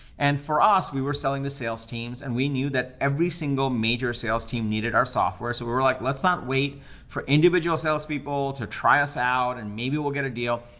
and for us, we were selling the sales teams and we knew that every single major sales team needed our software. so we were like, let's not wait for individual salespeople to try us out and maybe we'll get a deal.